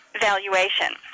valuation